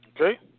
Okay